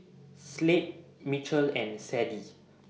Slade Michell and Sadie